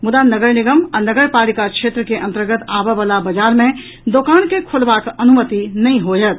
मुदा नगर निगम आ नगर पालिका क्षेत्र के अन्तर्गत आबय वला बाजार मे दोकान के खोलबाक अनुमति नहि होयत